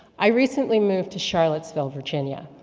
i recently moved to charlottesville, virginia.